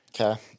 Okay